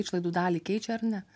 išlaidų dalį keičia ar ne